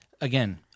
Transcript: again